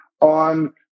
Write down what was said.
on